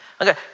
Okay